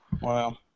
Wow